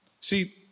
See